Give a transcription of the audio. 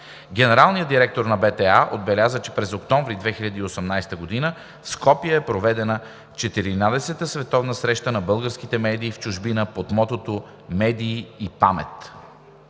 Генералният директор на БТА отбеляза, че през октомври 2018 г. в Скопие е проведена Четиринадесетата световна среща на българските медии в чужбина под мотото „Медии и памет“.